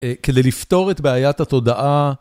כדי לפתור את בעיית התודעה,